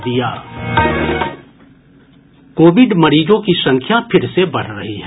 Covid मरीजों की संख्या फिर से बढ़ रही है